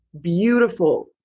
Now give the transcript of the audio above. beautiful